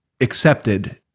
accepted